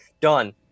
done